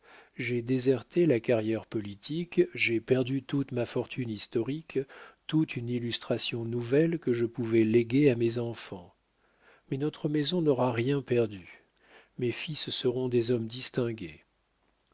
j'ai déserté la carrière politique j'ai perdu toute ma fortune historique toute une illustration nouvelle que je pouvais léguer à mes enfants mais notre maison n'aura rien perdu mes fils seront des hommes distingués